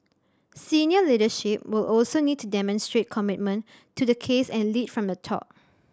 senior leadership will also need to demonstrate commitment to the case and lead from the top